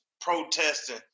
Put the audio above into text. protesting